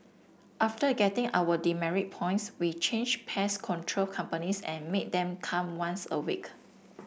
after getting our demerit points we changed pest control companies and made them come once a week